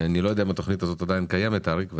אני לא יודע אם התכנית הזאת עדיין קיימת אריק,